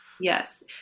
yes